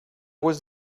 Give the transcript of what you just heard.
was